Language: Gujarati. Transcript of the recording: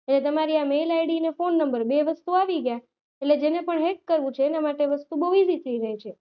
એટલે તમારી આ મેઇલ આઈડી ફોન નંબર બે વસ્તુ આવી ગયા એટલે જેને પણ હેક કરવું છે એના માટે વસ્તુ બહુ ઈઝી થઈ જાય છે